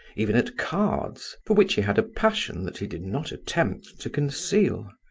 even at cards, for which he had a passion that he did not attempt to conceal.